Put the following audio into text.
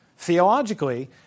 theologically